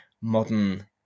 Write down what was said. modern